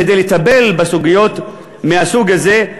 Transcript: כדי לטפל בסוגיות מהסוג הזה,